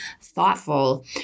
thoughtful